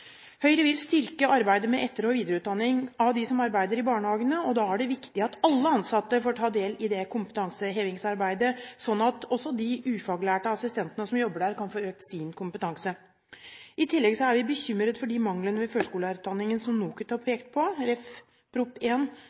Høyre vil styrke arbeidet med etter- og videreutdanningen av dem som arbeider i barnehagene, og da er det viktig at alle ansatte får ta del i det kompetansehevingsarbeidet, slik at også de ufaglærte assistentene som jobber der, kan få økt sin kompetanse. I tillegg er vi bekymret for de manglene ved førskolelærerutdanningen som NOKUT har pekt på – Prop. 1 S for 2010–2011. En